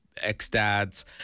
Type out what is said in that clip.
ex-dads